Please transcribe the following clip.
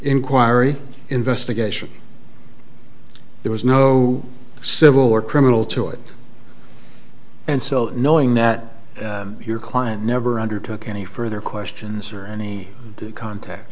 inquiry investigation there was no civil or criminal to it and so knowing that your client never undertook any further questions or any contact